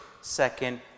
second